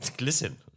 listen